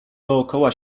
dookoła